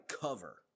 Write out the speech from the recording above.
cover